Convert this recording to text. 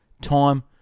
time